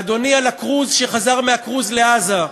אדוני על הקרוז, שחזר מהקרוז לעזה.